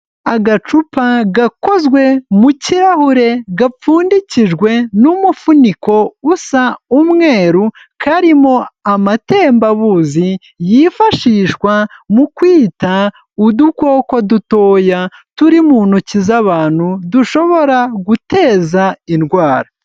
Agacupa gakozwe mu kirahure gapfundikijwe n'umufuniko usa umweru, karimo amatembabuzi yifashishwa mu kwita udukoko dutoya turi mu ntoki z'abantu dushobora guteza indwara.